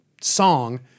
song